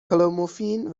کلومفین